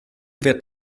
wird